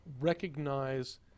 recognize